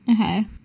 Okay